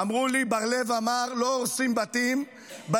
אמרו לי: בר לב אמר: לא הורסים בתים בנגב.